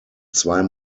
zwei